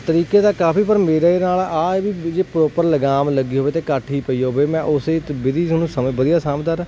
ਤਰੀਕੇ ਤਾਂ ਕਾਫੀ ਪਰ ਮੇਰੇ ਨਾਲ ਆਹ ਹੈ ਵੀ ਜੇ ਪ੍ਰੋਪਰ ਲਗਾਮ ਲੱਗੀ ਹੋਵੇ ਅਤੇ ਕਾਠੀ ਪਈ ਹੋਵੇ ਮੈਂ ਉਸੇ ਤ ਵਿਧੀ ਤੁਹਾਨੂੰ ਸਮੇਂ ਵਧੀਆ ਸਮਝਦਾਰ